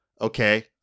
okay